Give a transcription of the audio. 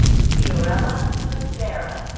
fiorela but so becerra.